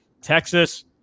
Texas